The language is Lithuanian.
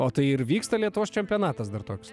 o tai ir vyksta lietuvos čempionatas dar toks